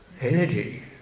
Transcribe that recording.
energy